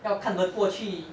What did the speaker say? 要看得过去